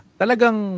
talagang